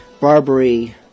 Barbary